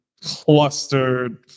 clustered